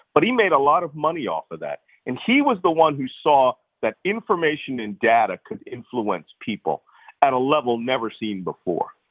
but he made a lot of money off of that, and he was the one who saw that information and data could influence people at a level never seen before.